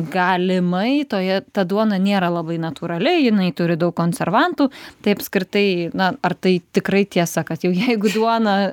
galimai toje ta duona nėra labai natūrali jinai turi daug konservantų tai apskritai na ar tai tikrai tiesa kad jau jeigu duona